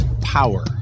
power